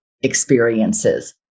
experiences